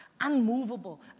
unmovable